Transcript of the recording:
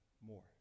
more